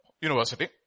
university